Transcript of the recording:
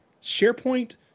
SharePoint